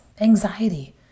anxiety